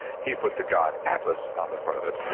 he put the god atlas on the front of it,